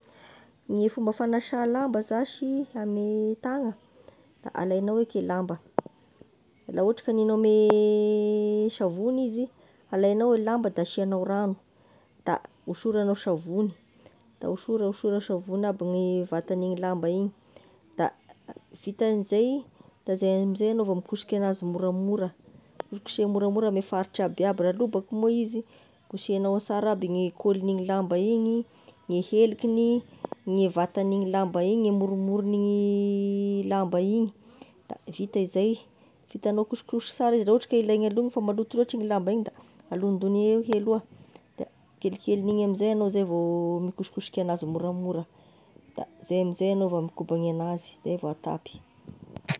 Gne fomba fagnasa lamba zashy ame tagna, da alainao eiky e lamba, la ohatry ka haninao ame savony izy, alainao e lamba da asianao rano, da osoranao savony, da osora osora savony aby gne vatan'igny lamba igny, da vita an'izay de zay amin'izay enao vao mikosoky anazy moramora, koseha moramora amin'ny faritra abiaby igny, raha lobaky moa izy de kosehinao sara aby gne cole-gn'igny lamba igny, gne helikiny, nge vatagn'igny lamba igny, gne moromorogn' igny lamba igny, da vita izay, vitanao kosokoso sara izy, raha ohatry ka ilaigny alogno fa maloto loatry igny lamba igny da alondony eky aloha, da kelikelign'igny amin'izay anao zay vao mikosokosoko enazy moramora, da zay amin'izay anao vao mikobany enazy zay vao atapy.